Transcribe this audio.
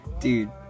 Dude